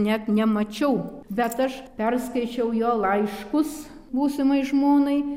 net nemačiau bet aš perskaičiau jo laiškus būsimai žmonai